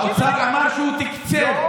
האוצר אמר שהוא תקצב.